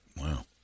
Wow